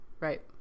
right